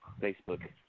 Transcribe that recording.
Facebook